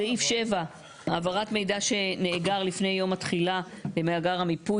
סעיף (7) - העברת מידע שנאגר לפני יום התחילה במאגר המיפוי,